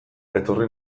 etorri